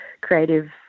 Creative